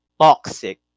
toxic